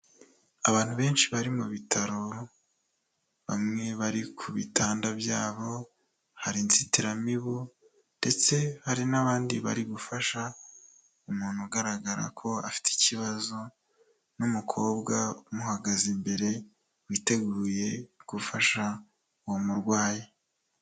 Abantu benshi bari mu bitaro, bamwe bari ku bitanda byabo, hari inzitiramibu ndetse hari n'abandi bari gufasha umuntu ugaragara ko afite ikibazo n'umukobwa umuhagaze imbere, witeguye gufasha uwo murwayi.